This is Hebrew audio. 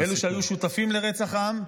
אלו שהיו שותפים לרצח עם,